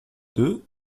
deux